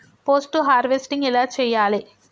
Post harvesting ఎలా చెయ్యాలే?